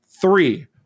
three